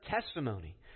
testimony